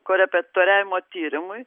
korepetitoriavimo tyrimui